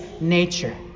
nature